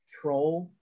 troll